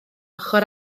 ochr